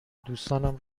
دوستانم